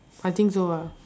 I think so ah